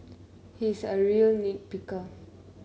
he is a real nit picker